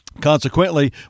consequently